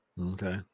Okay